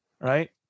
Right